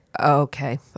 Okay